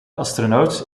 astronaut